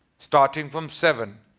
starting from seven